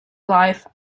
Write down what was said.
alive